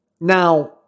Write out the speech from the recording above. now